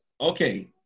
Okay